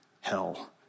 hell